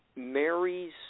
Mary's